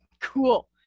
Cool